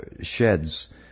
sheds